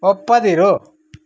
ಒಪ್ಪದಿರು